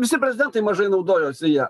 visi prezidentai mažai naudojosi ja